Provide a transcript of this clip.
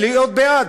להיות בעד,